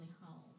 home